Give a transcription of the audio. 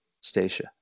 Stacia